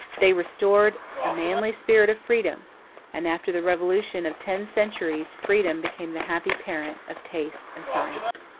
they restored a manly spirit of freedom and after the revolution of ten centuries, freedom became the happy parent of taste and science.